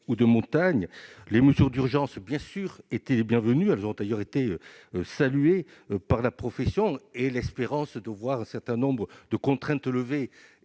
et de montagne. Les mesures d'urgence, bien sûr, ont été les bienvenues ; elles ont d'ailleurs été saluées par la profession, avec l'espérance qu'un certain nombre de contraintes soient